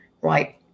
right